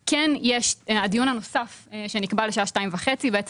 הדיון הנוסף שנקבע לשעה 14:30 בעצם